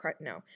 no